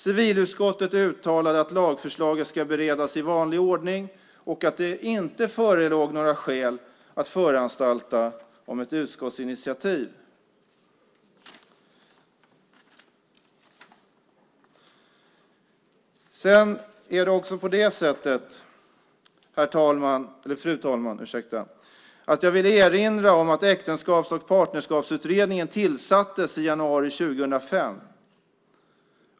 Civilutskottet uttalade att lagförslaget ska beredas i vanlig ordning och att det inte förelåg några skäl att föranstalta om ett utskottsinitiativ. Fru talman! Jag vill erinra om att Äktenskaps och partnerskapsutredningen tillsattes i januari 2005.